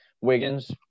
Wiggins